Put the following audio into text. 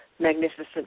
magnificent